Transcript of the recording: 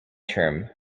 term